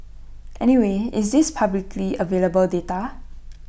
anyway is this publicly available data